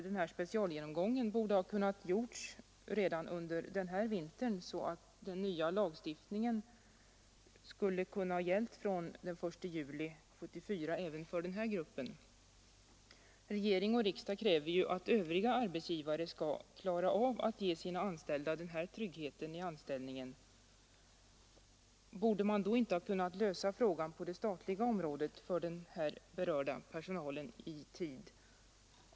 Den här specialgenomgången borde därför ha kunnat göras redan under föregående vinter, så att den nya lagstiftningen kunde ha gällt från den 1 juli 1974 även för denna grupp. Regering och riksdag kräver att övriga arbetsgivare skall klara av att ge sina anställda den här tryggheten i anställningen. Borde man då inte ha kunnat lösa frågan på det statliga området för den här berörda personalen i tid?